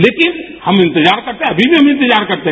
लेकिन हम इंतजार करते हैं अनी भी हम इंतजार करते हैं